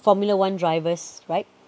formula one drivers right